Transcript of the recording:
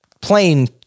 plain